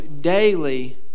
daily